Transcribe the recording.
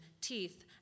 teeth